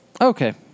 Okay